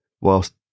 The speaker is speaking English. whilst